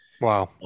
Wow